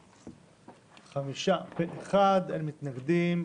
הצבעה אושר חמישה, פה-אחד, אין מתנגדים.